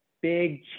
big